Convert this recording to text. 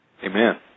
Amen